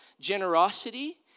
generosity